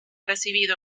recibido